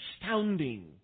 astounding